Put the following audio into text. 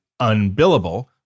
UNBILLABLE